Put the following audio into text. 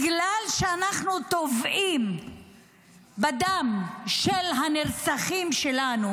בגלל שאנחנו טובעים בדם של הנרצחים שלנו,